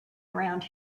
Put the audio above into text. around